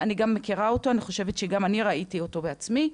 אני מכירה אותו ואני חושבת שגם אני ראיתי אותו בעצמי.